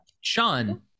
sean